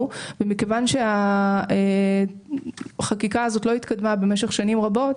ומכיוון שהחקיקה הזאת לא התקדמה במשך שנים רבות,